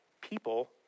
people